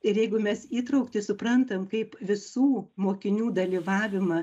ir jeigu mes įtrauktį suprantam kaip visų mokinių dalyvavimą